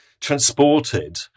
transported